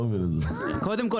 קודם כול,